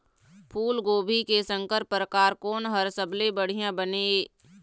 फूलगोभी के संकर परकार कोन हर सबले बने ये?